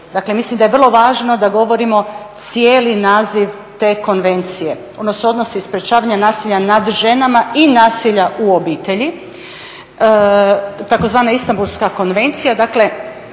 Dakle, mislim da je vrlo važno da govorimo cijeli naziv te Konvencije ono se odnosi sprječavanja nasilja nad ženama i nasilja u obitelji, tzv. Istambulska konvencija.